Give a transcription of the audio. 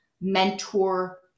mentor